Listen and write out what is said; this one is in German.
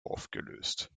aufgelöst